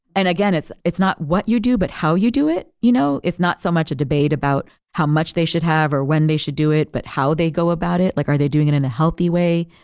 and again, it's it's not what you do, but how you do it. you know it's not so much a debate about how much they should have, or when they should do it, but how they go about it. like are they doing it in a healthy way,